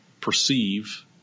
perceive